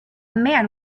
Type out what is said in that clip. man